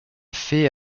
fait